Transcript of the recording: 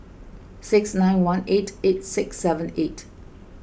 six nine one eight eight six seven eight